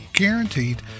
guaranteed